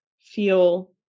feel